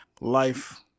Life